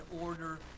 order